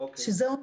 שזה אומר